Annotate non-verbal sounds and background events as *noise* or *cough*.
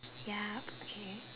ya *noise* K